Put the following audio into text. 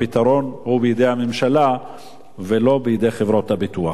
הפתרון הוא בידי הממשלה ולא בידי חברות הביטוח.